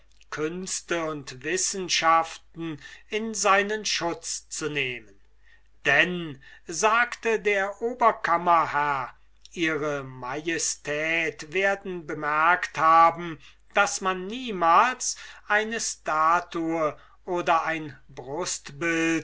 künste und wissenschaften in seinen schutz zu nehmen denn sagte der oberkammerherr ew majestät werden bemerkt haben daß man niemals eine statue oder ein